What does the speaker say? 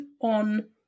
on